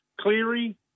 Cleary